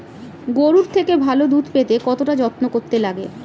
গরুর থেকে ভালো দুধ পেতে কতটা যত্ন করতে লাগে